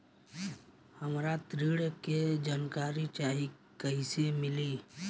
हमरा ऋण के जानकारी चाही कइसे मिली?